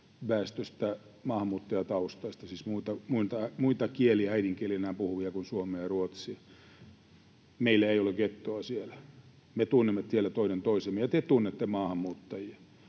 väestöstä maahanmuuttajataustaista, siis muita kieliä äidinkielenään puhuvia kuin suomea ja ruotsia. Meillä ei ole gettoa siellä. Me tunnemme siellä toinen toisemme. Ja te tunnette maahanmuuttajia.